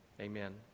amen